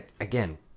again